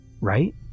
Right